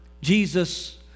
Jesus